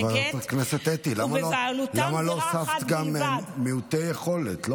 חברת הכנסת אתי, למה לא הוספת גם מעוטי יכולת?